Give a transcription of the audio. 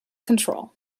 control